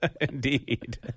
Indeed